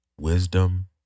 Wisdom